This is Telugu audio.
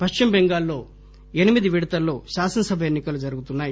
పశ్చిమబెంగాల్లో ఎనిమిది విడతల్లో శాసనసభ ఎన్నికలు జరుగుతున్నాయి